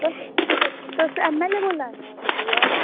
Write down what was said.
तुस एमएलए बोल्ला दे कठुआ दे